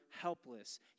helpless